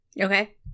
Okay